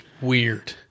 weird